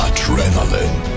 Adrenaline